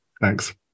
Thanks